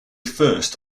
first